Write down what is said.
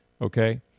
Okay